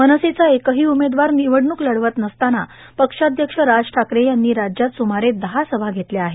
मनसेचा एकहां उमेदवार र्गनवडणूक लढवत नसतांना पक्षाध्यक्ष राज ठाकरे यांनी राज्यात सुमारे दहा सभा घेतल्या आहेत